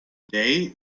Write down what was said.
day